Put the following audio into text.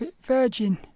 Virgin